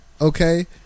Okay